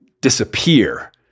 disappear